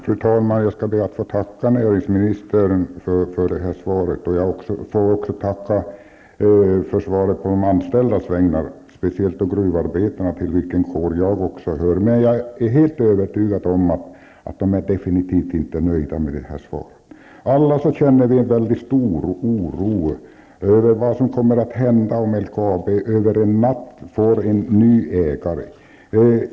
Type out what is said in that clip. Fru talman! Jag ber att få tacka näringsministern för svaret. Jag får tacka för svaret också på de anställdas vägnar, speciellt gruvarbetarnas -- till den kåren hör också jag. Jag är helt övertygad om att de definitivt inte är nöjda med det här svaret. Alla känner vi en stor oro över vad som kommer att hända om LKAB över en natt får en ny ägare.